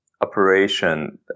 operation